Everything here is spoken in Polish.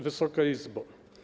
Wysoka Izbo!